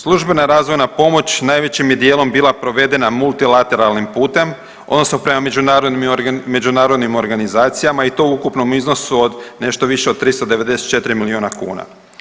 Službena razvojna pomoć najvećim je dijelom bila provedena multilateralnim putem odnosno prema međunarodnim organizacijama i to u ukupnom iznosu od nešto više 394 miliona kuna.